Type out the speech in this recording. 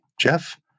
Jeff